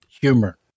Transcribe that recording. Humor